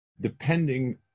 depending